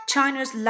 China's